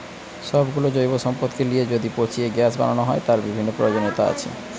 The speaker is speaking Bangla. সব গুলো জৈব সম্পদকে লিয়ে যদি পচিয়ে গ্যাস বানানো হয়, তার বিভিন্ন প্রয়োজনীয়তা আছে